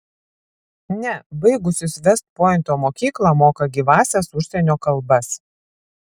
ne baigusis vest pointo mokyklą moka gyvąsias užsienio kalbas